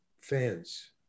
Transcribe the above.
fans